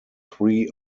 three